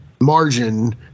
margin